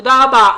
תודה רבה.